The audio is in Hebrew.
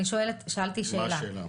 שאלתי שאלה,